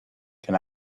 can